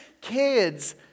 Kids